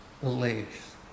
beliefs